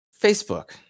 Facebook